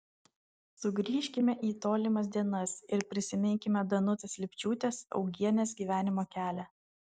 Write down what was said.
sugrįžkime į tolimas dienas ir prisiminkime danutės lipčiūtės augienės gyvenimo kelią